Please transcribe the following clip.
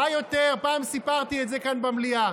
פעם סיפרתי את זה כאן במליאה,